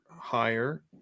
higher